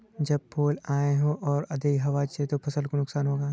जब फूल आए हों और अधिक हवा चले तो फसल को नुकसान होगा?